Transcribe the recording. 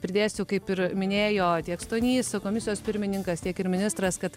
pridėsiu kaip ir minėjo tiek stonys komisijos pirmininkas tiek ir ministras kad